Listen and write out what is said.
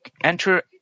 enter